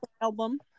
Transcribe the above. Album